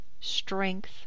strength